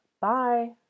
Bye